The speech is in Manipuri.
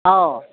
ꯑꯧ